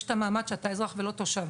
יש המעמד שאתה אזרח, ולא תושב.